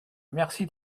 merci